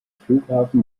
flughafen